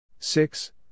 Six